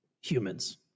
humans